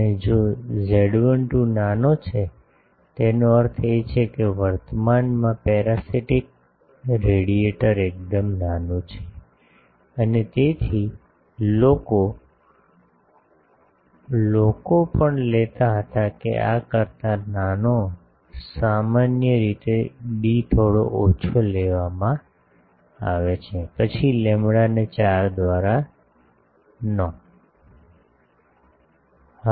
અને જો Z12 નાનો છે તેનો અર્થ એ છે કે વર્તમાનમાં પેરાસિટિક રેડિયેટર એકદમ નાનું છે અને તેથી લોકો લોકો પણ લેતા હતા કે આ કરતાં નાનો સામાન્ય રીતે ડી થોડો ઓછો લેવામાં આવે છે પછી લેમ્બડાને 4 દ્વારા નહીં